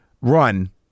run